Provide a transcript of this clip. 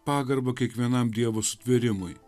pagarbą kiekvienam dievo sutvėrimui